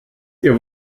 ihr